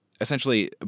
essentially